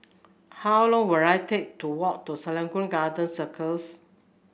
how long will I take to walk to Serangoon Garden Circus